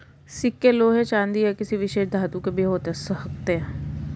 सिक्के लोहे चांदी या किसी विशेष धातु के भी हो सकते हैं